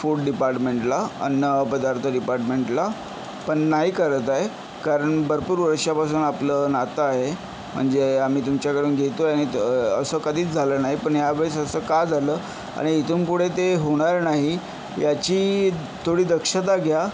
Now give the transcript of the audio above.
food डिपार्टमेंटला अन्नपदार्थ डिपार्टमेंटला पण नाही करत आहे कारण भरपूर वर्षापासून आपलं नातं आहे म्हणजे आम्ही तुमच्याकडून घेतो आहे आणि तर असं कधीच झालं नाही पण यावेळेस असं का झालं आणि इथून पुढे ते होणार नाही याची थोडी दक्षता घ्या